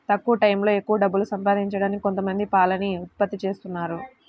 తక్కువ టైయ్యంలో ఎక్కవ డబ్బులు సంపాదించడానికి కొంతమంది పాలని ఉత్పత్తి జేత్తన్నారు